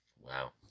Wow